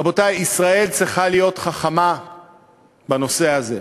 רבותי, ישראל צריכה להיות חכמה בנושא הזה.